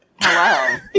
Hello